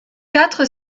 quatre